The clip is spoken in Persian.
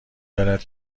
دارد